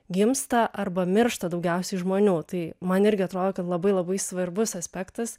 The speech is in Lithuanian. gimsta arba miršta daugiausiai žmonių tai man irgi atrodo kad labai labai svarbus aspektas